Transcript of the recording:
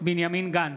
בנימין גנץ,